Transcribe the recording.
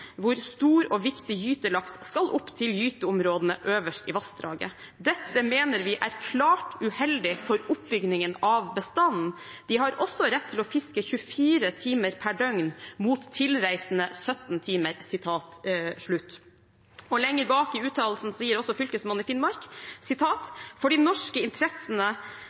hvor de stor og viktig gytelaks skal opp til gyteområdene øverst i vassdraget. Dette mener vi er klart uheldig for oppbygningen av bestanden. De har også rett til å fiske 24 timer pr. døgn, mot tilreisende 17 timer.» Lenger bak i uttalelsen sier også Fylkesmannen i Finnmark: «For de norske interessene